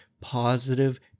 positive